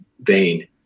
vein